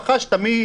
מאיפה רכשת?